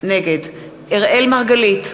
נגד אראל מרגלית,